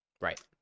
right